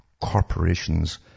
corporations